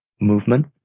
movement